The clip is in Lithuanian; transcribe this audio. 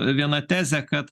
viena tezė kad